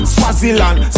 Swaziland